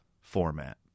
format